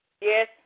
Yes